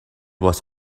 was